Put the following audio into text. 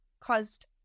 caused